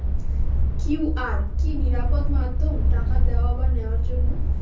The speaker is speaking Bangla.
কিউ.আর কি নিরাপদ মাধ্যম টাকা দেওয়া বা নেওয়ার জন্য?